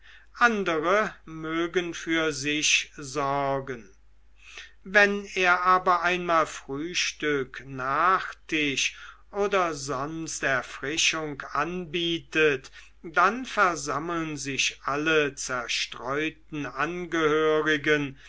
andere mögen für sich sorgen wenn er aber einmal frühstück nachtisch oder sonst erfrischung anbietet dann versammeln sich alle zerstreuten angehörigen